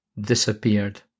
disappeared